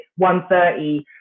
1.30